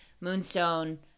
moonstone